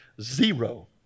Zero